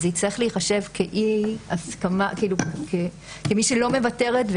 זה יצטרך להיחשב כמי שלא מוותרת,